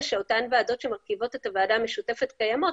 שאותן ועדות שמרכיבות את הוועדה המשותפת קיימות,